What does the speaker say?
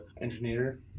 Engineer